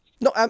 No